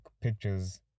pictures